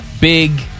big